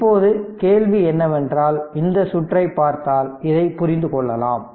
இப்போது கேள்வி என்னவென்றால் இந்த சுற்றை பார்த்தால் இதை புரிந்து கொள்ளலாம்